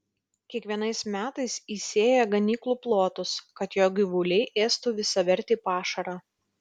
kiekvienais metais įsėja ganyklų plotus kad jo gyvuliai ėstų visavertį pašarą